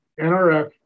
NRF